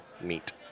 meet